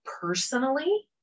personally